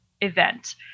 event